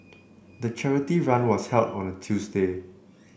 the charity run was held on a Tuesday